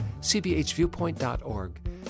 cbhviewpoint.org